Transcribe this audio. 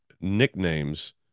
nicknames